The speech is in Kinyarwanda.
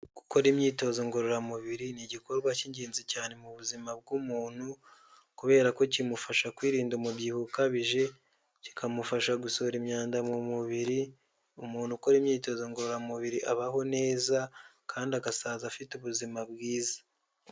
Gukora imyitozo ngororamubiri ni igikorwa cy'ingenzi cyane mu buzima bw'umuntu, kubera ko kimufasha kwirinda umubyibuho ukabije, kikamufasha gusohora imyanda mu mubiri, umuntu ukora imyitozo ngororamubiri abaho neza kandi agasaza afite ubuzima bwiza.